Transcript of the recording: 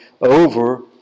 over